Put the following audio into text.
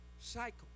cycle